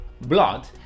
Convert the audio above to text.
Blood